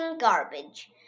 garbage